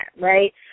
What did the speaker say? right